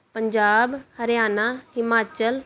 Punjab Haryana Himachal